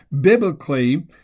Biblically